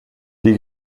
die